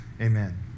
Amen